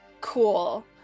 Cool